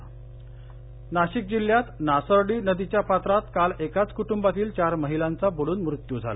अपघात नाशिक जिल्ह्यात नासर्डी नदीच्या पात्रात काल एकाच कुटुंबातील चार महिलांचा बुडून मृत्यू झाला